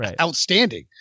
outstanding